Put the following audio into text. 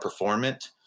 performant